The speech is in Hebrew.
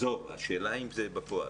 עזוב, השאלה היא אם זה בפועל.